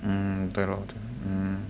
mm 对 lor 对 mm